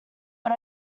but